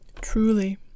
truly